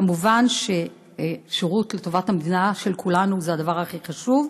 מובן ששירות לטובת המדינה של כולנו זה הדבר הכי חשוב.